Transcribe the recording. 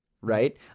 right